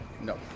No